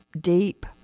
deep